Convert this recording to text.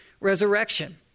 resurrection